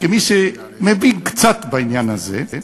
כמי שמבין קצת בעניין הזה,